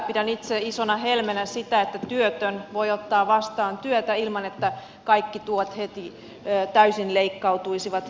pidän itse isona helmenä sitä että työtön voi ottaa vastaan työtä ilman että kaikki tuet heti täysin leikkautuisivat